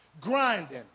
Grinding